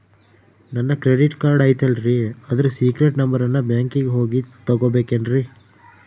ನನ್ನ credit card ಐತಲ್ರೇ ಅದರ ಸೇಕ್ರೇಟ್ ನಂಬರನ್ನು ಬ್ಯಾಂಕಿಗೆ ಹೋಗಿ ತಗೋಬೇಕಿನ್ರಿ?